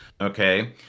okay